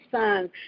son